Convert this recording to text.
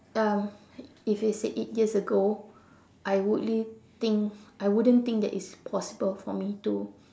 um if it's eight year ago I would really think I wouldn't think it's possible for me to